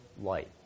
light